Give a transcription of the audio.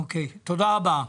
אוקיי, תודה רבה.